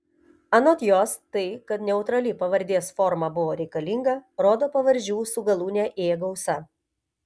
anot jos tai kad neutrali pavardės forma buvo reikalinga rodo pavardžių su galūne ė gausa